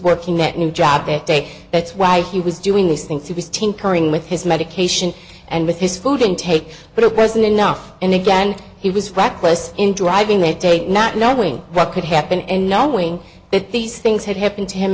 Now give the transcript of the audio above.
working that new job that day that's why he was doing these things he was tinkering with his medication and with his food intake but at present enough and again he was reckless in driving it hate not knowing what could happen and knowing that these things had happened to him